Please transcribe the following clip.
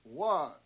One